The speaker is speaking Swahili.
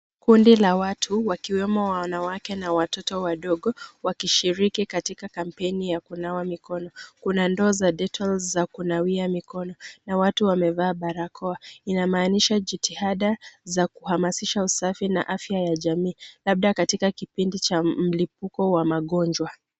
Kundi la watu wakiwemo wa wanawake na watoto wadogo, wakishiriki katika kampeni ya kunawa mikono. Kuna ndoa za Dettol za kunawia mikono na watu wamevaa barakoa. Inamaanisha jitihada za kuhamasisha usafi na afya ya jamii, labda katika kipindi cha mlipuko wa magonjwa.